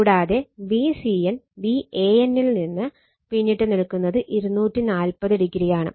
കൂടാതെ Vcn Van ൽ നിന്ന് പിന്നിട്ട് നിൽക്കുന്നത് 240o ആണ്